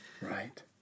Right